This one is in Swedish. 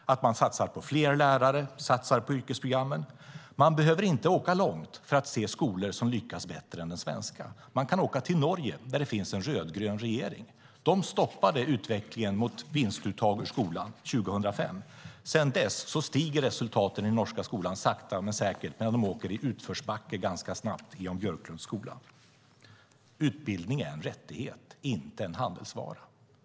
Satsa på fler lärare och satsa på yrkesprogrammen. Man behöver inte åka långt för att se skolor som lyckas bättre än den svenska. Man kan åka till Norge, där det finns en rödgrön regering. De stoppade utvecklingen mot vinstuttag ur skolan 2005. Sedan dess stiger resultaten i den norska skolan sakta men säkert, medan de åker i utförsbacke ganska snabbt i Jan Björklunds skola. Utbildning är en rättighet, inte en handelsvara.